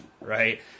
right